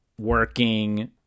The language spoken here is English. working